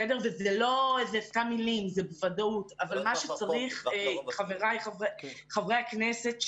מה שצריך חברי הכנסת,